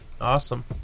Awesome